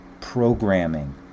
programming